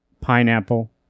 Pineapple